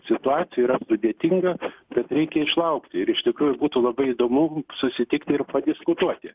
situacija yra sudėtinga bet reikia išlaukti ir iš tikrųjų būtų labai įdomu susitikti ir padiskutuoti